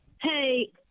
hey